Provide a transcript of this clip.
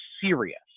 serious